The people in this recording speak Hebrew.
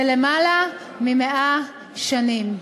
זה למעלה מ-100 שנים.